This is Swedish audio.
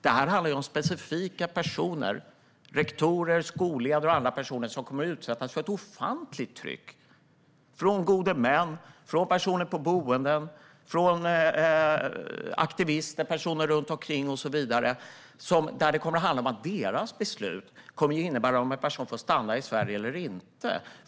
Det här handlar ju om specifika personer, rektorer, skolledare och andra som kommer att utsättas för ett ofantligt tryck från gode män, från personal på boenden, från aktivister och andra. Deras beslut kommer att innebära om en person får stanna i Sverige eller inte.